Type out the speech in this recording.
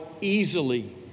easily